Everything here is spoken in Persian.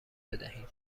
بدهیم